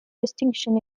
distinction